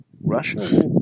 Russia